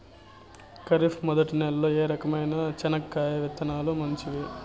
ఖరీఫ్ మొదటి నెల లో ఏ రకమైన చెనక్కాయ విత్తనాలు మంచివి